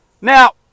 now